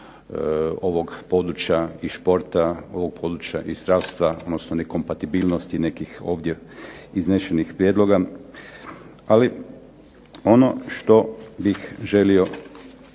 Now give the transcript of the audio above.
ovog područja i športa, ovog područja i zdravstva, odnosno nekompatibilnosti nekih ovdje iznešenih prijedloga. Ali ono što bih želio